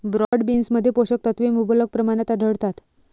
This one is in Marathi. ब्रॉड बीन्समध्ये पोषक तत्वे मुबलक प्रमाणात आढळतात